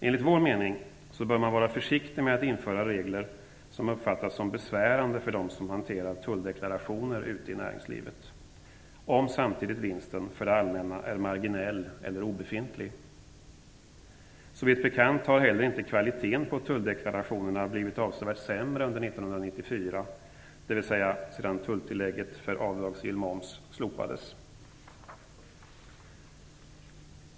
Enligt vår mening bör man vara försiktig med att införa regler som uppfattas som besvärande för dem som hanterar tulldeklarationer ute i näringslivet om samtidigt vinsten för det allmänna är marginell eller obefintlig. Såvitt bekant har heller inte kvaliteten på tulldeklarationerna blivit avsevärt sämre under 1994, dvs. tulltillägget för avdragsgill moms slopades.